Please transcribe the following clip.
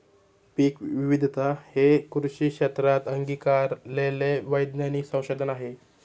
पीकविविधता हे कृषी क्षेत्रात अंगीकारलेले वैज्ञानिक संशोधन आहे